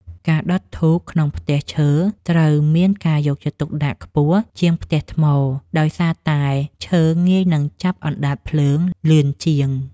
ការដុតធូបក្នុងផ្ទះឈើត្រូវមានការយកចិត្តទុកដាក់ខ្ពស់ជាងផ្ទះថ្មដោយសារតែឈើងាយនឹងចាប់អណ្តាតភ្លើងលឿនជាង។